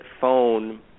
phone